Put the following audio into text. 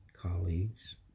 colleagues